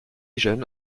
jeune